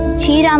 chief um